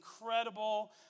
incredible